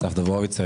אסף דובוביץ,